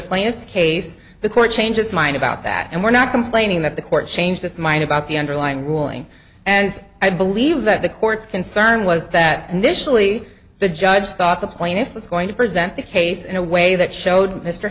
plaintiff's case the court change its mind about that and we're not complaining that the court changed its mind about the underlying ruling and i believe that the court's concern was that initially the judge thought the plaintiff was going to present the case in a way that showed mr